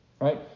right